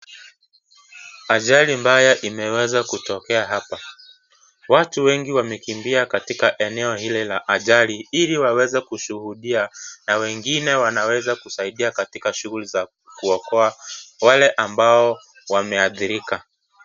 Ajali mbaya imeweza kutokea hapa. Watu wengi wamekimbia katika eneo hili la ajali ili waweze kushuhudia na wengine wanaweza kusaidia katika shughuli za kuokoa wale ambao wameathirika.